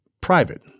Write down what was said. private